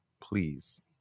please